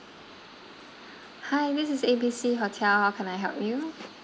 hi this is A B C hotel how can I help you